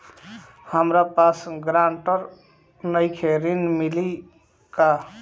हमरा पास ग्रांटर नईखे ऋण मिली का?